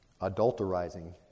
Adulterizing